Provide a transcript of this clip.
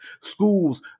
Schools